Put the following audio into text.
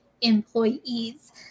employees